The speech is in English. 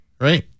right